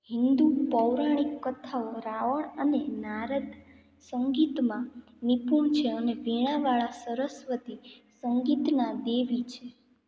હિન્દુ પૌરાણિક કથાઓ રાવણ અને નારદ સંગીતમાં નિપુણ છે અને વીણાવાળાં સરસ્વતી સંગીતનાં દેવી છે